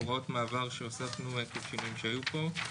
הוראות מעבר שהוספנו עקב שינויים שהיו פה.